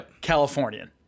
Californian